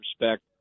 respect